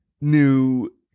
new